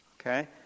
Okay